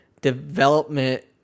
development